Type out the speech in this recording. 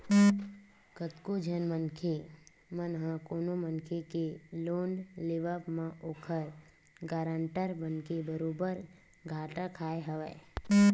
कतको झन मनखे मन ह कोनो मनखे के लोन लेवब म ओखर गारंटर बनके बरोबर घाटा खाय हवय